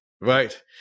Right